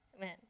man